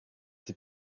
die